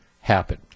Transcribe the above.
happen